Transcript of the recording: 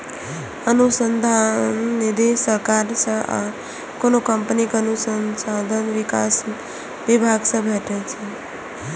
अनुसंधान निधि सरकार सं आ कोनो कंपनीक अनुसंधान विकास विभाग सं भेटै छै